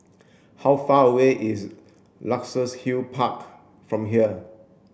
how far away is Luxus Hill Park from here